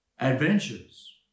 adventures